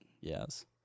yes